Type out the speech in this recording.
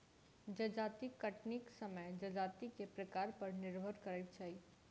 जजाति कटनीक समय जजाति के प्रकार पर निर्भर करैत छै